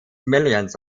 millions